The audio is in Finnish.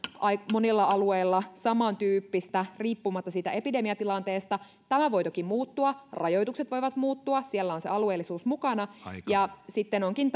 monilla alueilla samantyyppistä riippumatta epidemiatilanteesta tämä voi toki muuttua rajoitukset voivat muuttua siellä on se alueellisuus mukana ja sitten onkin